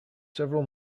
several